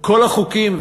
כל החוקים,